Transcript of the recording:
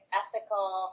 ethical